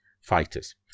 fighters